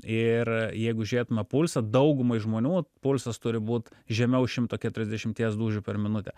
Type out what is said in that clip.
ir jeigu žiūrėtume pulsą daugumai žmonių pulsas turi būt žemiau šimto keturiasdešimties dūžių per minutę